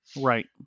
Right